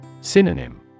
Synonym